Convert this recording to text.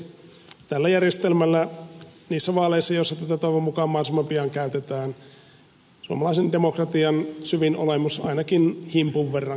tällä järjestelmällä niissä vaaleissa joissa tätä toivon mukaan mahdollisimman pian käytetään suomalaisen demokratian syvin olemus ainakin himpun verran kirkastuu